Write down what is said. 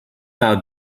out